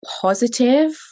positive